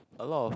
a lot of